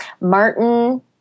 Martin